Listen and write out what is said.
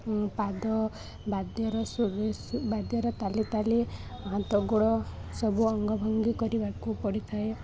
ପାଦ ବାଦ୍ୟର ବାଦ୍ୟର ତାଳେ ତାଳେ ହାତ ଗୋଡ଼ ସବୁ ଅଙ୍ଗଭଙ୍ଗୀ କରିବାକୁ ପଡ଼ିଥାଏ